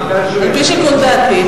על-פי שיקול דעתי,